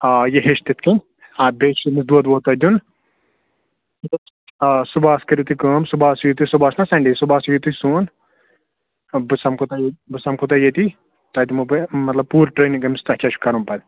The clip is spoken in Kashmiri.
آ یہِ ہیٚچھِ تِتھ کنۍ آ بیٚیہِ چھُ أمِس دۄد وۄد تۄہہِ دیُن آ صُبحَس کٔرِو تُہۍ کٲم صُبحَس یِیِو تُہۍ صُبحَس چھ نہ سَنڈے صُبحَس یِیِو تُہۍ سون بہٕ سَمکھو تۄہہِ بہٕ سَمکھو تۄہہِ ییٚتی تۄہہِ دِمو بہٕ مَطلَب پوٗرٕ ٹرینِنٛگ أمِس تۄہہِ کیاہ چھ کَرُن پَتہٕ